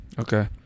Okay